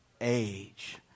age